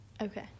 Okay